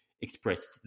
expressed